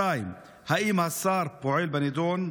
2. האם השר פועל בנדון?